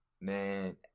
man